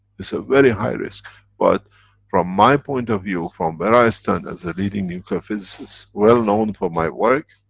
it's a very high risk but from my point of view, from where i stand as a leading nuclear physicist well-known for my work,